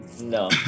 No